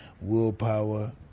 willpower